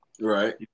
right